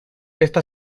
esta